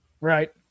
Right